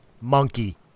Monkey